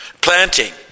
Planting